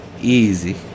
easy